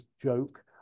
joke